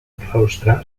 claustre